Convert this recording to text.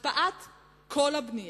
הקפאת כל הבנייה.